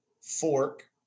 fork